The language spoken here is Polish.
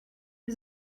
nie